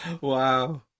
Wow